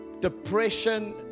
depression